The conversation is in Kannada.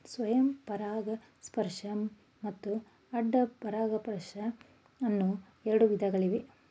ಸ್ವಯಂ ಪರಾಗಸ್ಪರ್ಶ ಮತ್ತು ಅಡ್ಡ ಪರಾಗಸ್ಪರ್ಶ ಅನ್ನೂ ಎರಡು ವಿಧಗಳಿವೆ